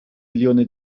milione